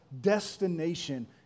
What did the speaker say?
destination